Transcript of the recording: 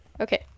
Okay